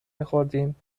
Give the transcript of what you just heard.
میخوردیم